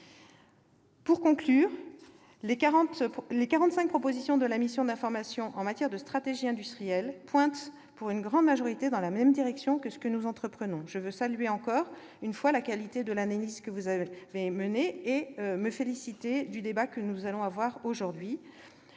Pour conclure, les 45 propositions de la mission d'information en matière de stratégie industrielle pointent, pour une grande majorité, dans la même direction que les actions entreprises par le Gouvernement. Je veux saluer encore une fois la qualité de l'analyse que vous avez menée et me féliciter du débat que nous allons avoir aujourd'hui.